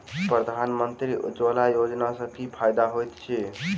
प्रधानमंत्री उज्जवला योजना सँ की फायदा होइत अछि?